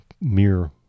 mere